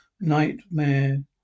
Nightmare